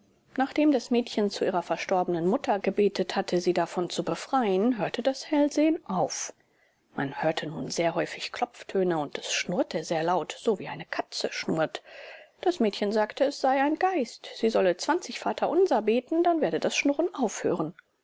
nachdem das mädchen zu ihrer verstorbenen mutter gebetet hatte sie davon zu befreien hörte das hellsehen auf man hörte nun sehr häufig klopftöne und es schnurrte sehr laut so wie eine katze schnurrt das mädchen sagte es sei ein geist sie solle vaterunser beten dann werde das schnurren aufhören